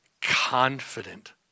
confident